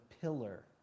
pillar